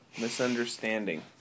misunderstanding